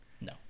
No